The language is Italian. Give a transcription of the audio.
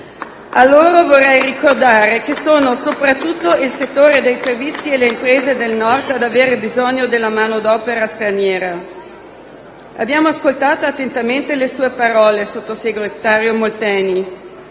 A loro vorrei ricordare che sono soprattutto il settore dei servizi e le imprese del Nord ad avere bisogno della manodopera straniera. Abbiamo ascoltato attentamente le sue parole, sottosegretario Molteni: